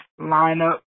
lineup